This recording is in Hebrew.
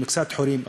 עם קצת חורים,